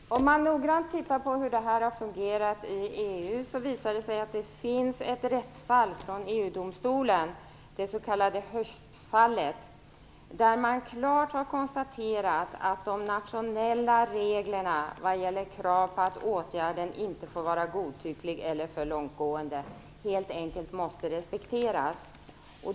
Fru talman! Om man noggrant tittar på hur detta har fungerat i EU visar det sig att det finns ett rättsfall från EG-domstolen, det s.k. Hoechst-fallet, där man klart har konstaterat att de nationella reglerna vad gäller krav på att åtgärden inte får vara godtycklig eller för långtgående helt enkelt måste respekteras.